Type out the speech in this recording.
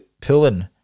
pulling